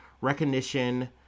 recognition